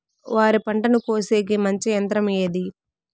వరి పంటను కోసేకి మంచి యంత్రం ఏది?